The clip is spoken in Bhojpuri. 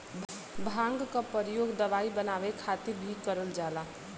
भांग क परयोग दवाई बनाये खातिर भीं करल जाला